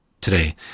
today